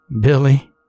Billy